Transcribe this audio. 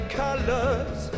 colors